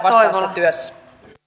työssä